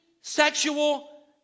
sexual